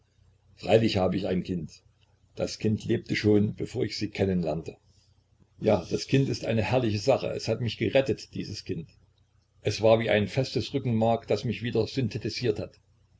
freilich habe ich ein kind das kind lebte schon bevor ich sie kennen lernte ja das kind ist eine herrliche sache es hat mich gerettet dieses kind es war wie ein festes rückenmark das mich wieder synthetisiert hat